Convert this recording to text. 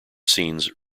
scenes